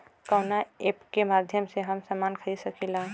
कवना ऐपके माध्यम से हम समान खरीद सकीला?